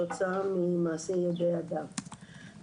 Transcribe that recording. נתנו את הממצאים האלה בפני המשרד ואנחנו דורשים שיהיה תקן